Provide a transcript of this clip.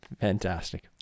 fantastic